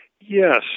Yes